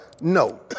No